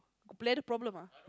plenty of problems ah